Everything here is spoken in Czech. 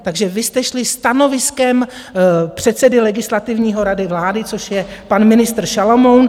Takže vy jste šli stanoviskem předsedy Legislativní rady vlády, což je pan ministr Šalomoun.